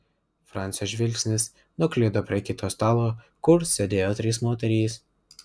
francio žvilgsnis nuklydo prie kito stalo kur sėdėjo trys moterys